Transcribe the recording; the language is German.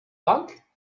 bank